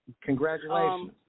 Congratulations